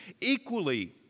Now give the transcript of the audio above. equally